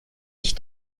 ich